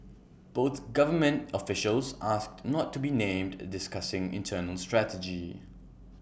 both government officials asked not to be named discussing internal strategy